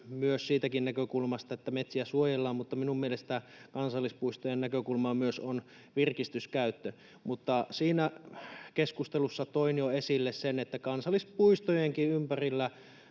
siitäkin näkökulmasta, että metsiä suojellaan, niin minun mielestäni kansallispuistojen näkökulmaa on myös virkistyskäyttö. Mutta siinä keskustelussa toin jo esille sen, että kansallispuistojenkin ympärillä